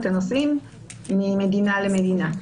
את הנוסעים, ממדינה למדינה.